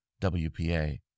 WPA